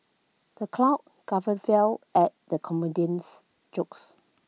the crowd guffawed fill at the comedian's jokes